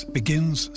begins